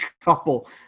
couple